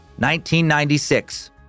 1996